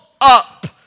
up